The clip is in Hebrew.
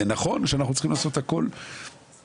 זה נכון שאנחנו צריכים לעשות הכל בשביל